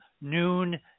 noon